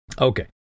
Okay